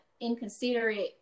inconsiderate